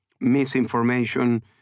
misinformation